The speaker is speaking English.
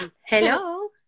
Hello